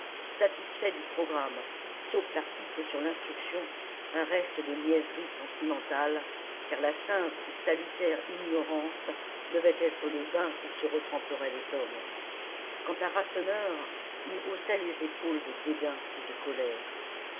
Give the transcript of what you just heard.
satisfait du programme sauf l'article sur l'instruction un reste de niaiserie sentimentale car la sainte et salutaire ignorance devait être le bain où se retremperaient les hommes quant à rasseneur il haussait les épaules de dédain et de colère